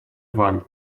ван